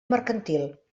mercantil